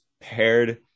paired